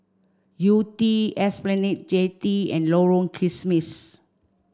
Yew Tee Esplanade Jetty and Lorong Kismis